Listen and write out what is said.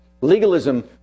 Legalism